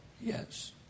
Yes